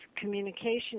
communication